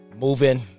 moving